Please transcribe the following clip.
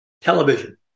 television